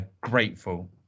grateful